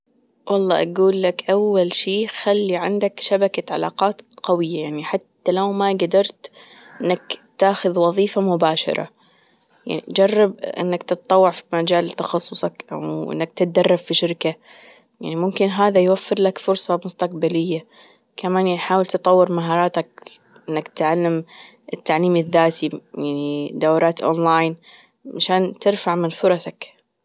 والله أجول لك أول شي خلي عندك شبكة علاقات قوية يعني حتى لو ما جدرت إنك تاخذ وظيفة مباشرة يعني جرب إنك تتطوع في مجال تخصصك أو إنك تتدرب في شركة يعني ممكن هذا يوفر لك فرصة مستقبلية كمان يحاول تطور مهارات إنك تعلم التعليم الذاتي يعني دورات أونلاين online مشان ترفع من فرصك.